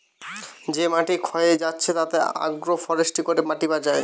যে মাটি ক্ষয়ে যাচ্ছে তাতে আগ্রো ফরেষ্ট্রী করে মাটি বাঁচায়